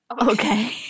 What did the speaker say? Okay